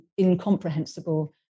incomprehensible